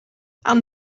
aan